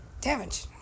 Damage